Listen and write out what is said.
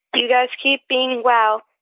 you guys keep being wow.